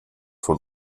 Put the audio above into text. von